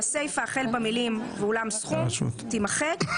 והסיפה החל במילים "ואולם סכום" תימחק.